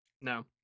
No